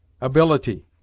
ABILITY